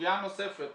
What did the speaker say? סוגיה נוספת.